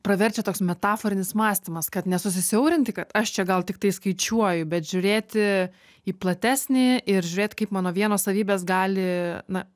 praverčia toks metaforinis mąstymas kad nesusisiaurinti kad aš čia gal tiktai skaičiuoju bet žiūrėti į platesnį ir žiūrėt kaip mano vienos savybės gali na